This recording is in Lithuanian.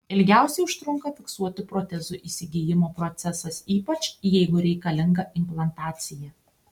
ilgiausiai užtrunka fiksuotų protezų įsigijimo procesas ypač jeigu reikalinga implantacija